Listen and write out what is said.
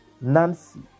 Nancy